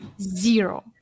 zero